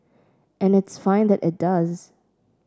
and it's fine that it does